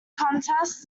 contest